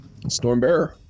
Stormbearer